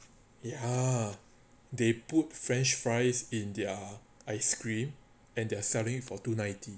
ya they put french fries in their ice cream and they're selling for two ninety